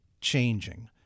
changing